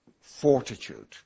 fortitude